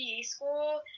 school